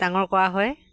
ডাঙৰ কৰা হয়